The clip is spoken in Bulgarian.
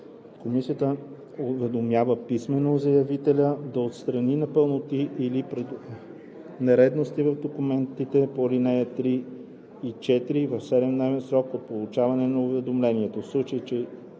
Комисията уведомява писмено заявителя да отстрани непълноти или нередовности в документите по ал. 3 и 4 в 7-дневен срок от получаване на уведомлението.